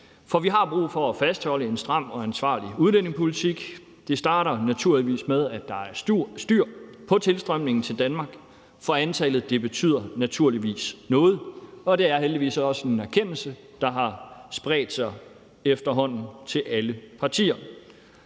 For vi har brug for at fastholde en stram og ansvarlig udlændingepolitik. Det starter naturligvis med, at der er styr på tilstrømningen til Danmark, for antallet betyder naturligvis noget, og det er heldigvis også en erkendelse, der efterhånden har spredt sig til alle partier.